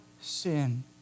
sin